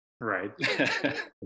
Right